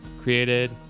created